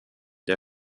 der